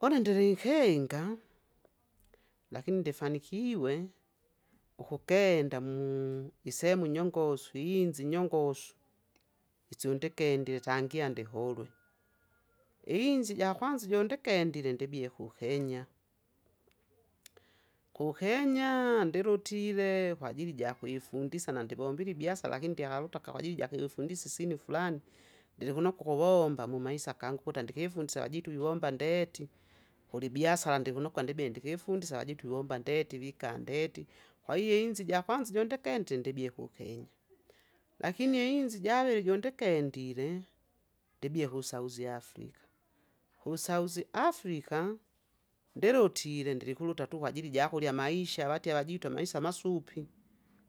une ndilinkinga, lakini ndifanikiwe, ukukenda mu- isehemu nyongosu inzi nyongosu, isi undikendila tangia ndiholwe, inzi ijakwanza jondikendile ndibie kukenya. Kukenya ndilutile kwajili ijakwifindisa nandiwombile ibiasara lakini ndihakaruta kawajili jikiwifundisa isini flani, ndilikunokwa ukuwomba mumaisa kangu ukuta ndikifundisa vajitu viwomba ndeti. Kulibyasara ndikunokwa ndibe ndikifundisa avajitu ivomba ndeti vika ndeti, kwahiyo inzi jakwanza jo ndikendile ndibie kukenya. Lakini i- inzi javili jondikendile! ndibie kusauzi Afrika, kusauzi Afrika! ndilutile ndilikuruta tu kwajili jakurya amaisha vati avajitu amaisa masupi,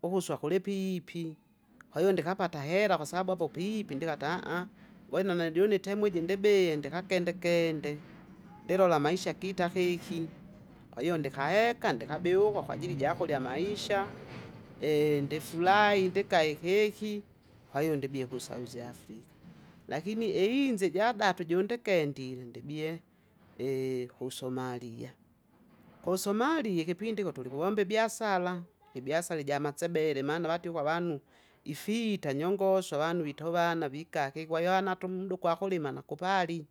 ukusya kulipipi, kwahiyo ndikapata heara kwasababu apo pipi ndikati, ngwenda nejune itemu iji ndibie, ndikakendekende, ndilola amaisha kita kiki. Kwahiyo ndikaheka ndikabiukwa kwajili jakulya amaisha ndifurahi ndika ikeki, kwahiyo ndibie kusauzi Afrika. Lakini i- inzi ijadatu jundikendile ndibie kusomalia! kusomalia ikipindi ikyo tulikuwomba ibiasara, ibiasara ijamasebele maana vati ukwa avanu, ifita nyongoso avanu vitovana vikake kwaiyo ana tu umda ugwakulima nakupali.